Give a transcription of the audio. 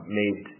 made